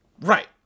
Right